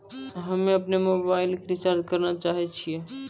हम्मे अपनो मोबाइलो के रिचार्ज करना चाहै छिये